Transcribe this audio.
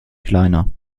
kleiner